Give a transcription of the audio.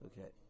Okay